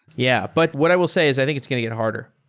yeah. but what i will say is i think it's going to get harder.